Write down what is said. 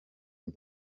and